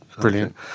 brilliant